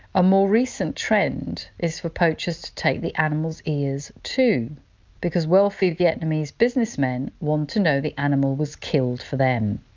a more recent trend is for poachers to take the animal's ears too because wealthy vietnamese businessmen want to know the animal was killed for them,